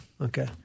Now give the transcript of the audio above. okay